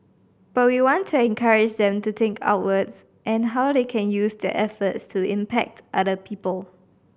but we want to encourage them to think outwards and how they can use their efforts to impact other people